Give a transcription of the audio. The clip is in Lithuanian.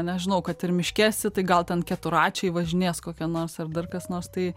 nežinau kad ir miške esi tai gal ten keturračiai važinės kokie nors ar dar kas nors tai